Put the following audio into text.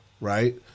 right